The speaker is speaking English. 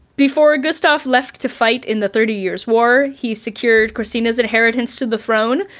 before gustav left to fight in the thirty years war, he secured kristina's inheritance to the throne,